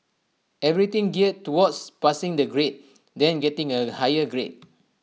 everything geared towards passing the grade then getting A higher grade